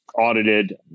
audited